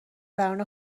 درون